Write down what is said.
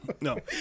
no